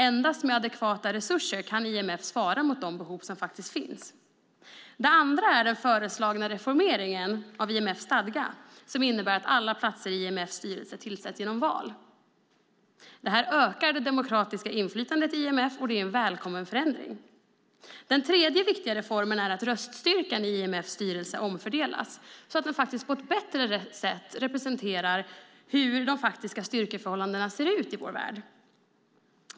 Endast med adekvata resurser kan IMF svara mot de behov som faktiskt finns. För det andra innebär den föreslagna reformeringen av IMF:s stadga att alla platser i IMF:s styrelse tillsätts genom val. Det ökar det demokratiska inflytandet i IMF, och det är en välkommen förändring. För det tredje är en viktig reform att röststyrkan i IMF:s styrelse omfördelas så att den på ett bättre sätt representerar de faktiska styrkeförhållandena i vår värld.